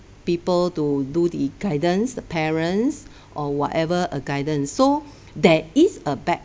people to do the guidance the parents or whatever uh guidance so there is a bad